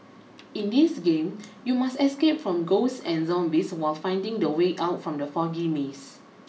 in this game you must escape from ghosts and zombies while finding the way out from the foggy maze